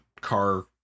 car